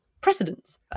precedents